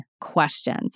questions